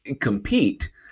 compete